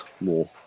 more